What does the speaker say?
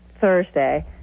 Thursday